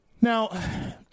Now